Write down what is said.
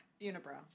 unibrow